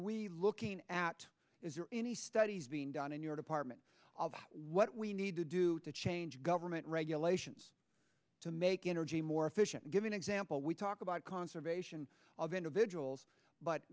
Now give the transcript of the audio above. we looking at is there any studies being done in your department of what we need to do to change government regulations to make energy more efficient and give an example we talk about conservation of individuals but